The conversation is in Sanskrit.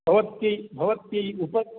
भवत्यै भवत्यै उपर्